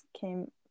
came